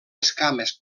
escames